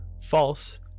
false